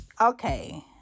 Okay